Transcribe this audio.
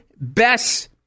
best